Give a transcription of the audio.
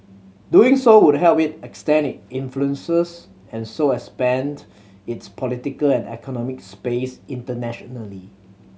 doing so would help it extend it influences and so expand its political and economic space internationally